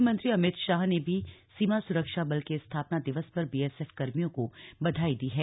गृहमंत्री अमित शाह ने भी सीमा सुरक्षा बल के स्थापना दिवस पर बीएसएफ कर्मियों को बधाई दी है